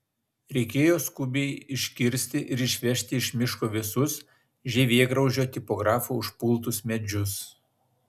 reikėjo skubiai iškirsti ir išvežti iš miško visus žievėgraužio tipografo užpultus medžius